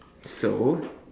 though